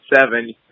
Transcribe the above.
seven